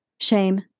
Shame